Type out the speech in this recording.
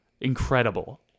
Incredible